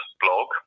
blog